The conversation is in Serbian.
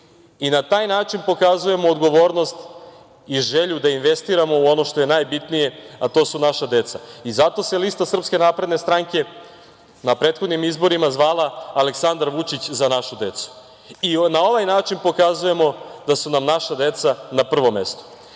Na taj način pokazujemo odgovornost i želju da investiramo u ono što je najbitnije, a to su naša deca. Zato se lista SNS na prethodnim izborima zvala Aleksandar Vučić – Za našu decu. Na ovaj način pokazujemo da su nam naša deca na prvom mestu.O